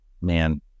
man